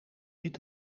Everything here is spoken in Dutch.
dit